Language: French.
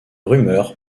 rumeur